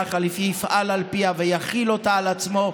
החליפי יפעל על פיה ויחיל אותה על עצמו,